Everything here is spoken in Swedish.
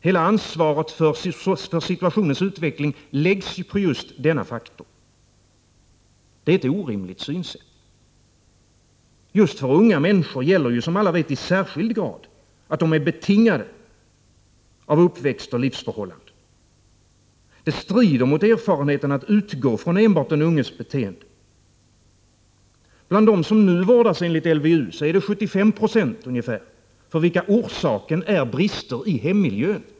Hela ansvaret för situationens utveckling läggs på just denna faktor. Det är ett orimligt synsätt. Just för unga människor gäller ju som alla vet i särskild grad att de är betingade av uppväxt och livsförhållanden. Det strider mot erfarenheten att utgå från enbart den unges beteende. Bland dem som nu vårdas enligt LVU är det 75 96 ungefär för vilka orsaken är brister i hemmiljön.